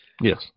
Yes